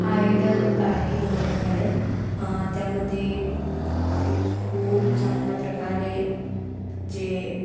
idle आहे Indian Idol त्यामध्ये खूप खूप चांगल्या प्रकारे जे